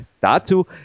dazu